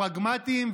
פרגמטיים,